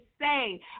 say